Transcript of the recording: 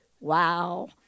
Wow